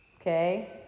Okay